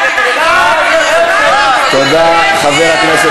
חבר'ה, 13 שניות, תנו לו לסיים.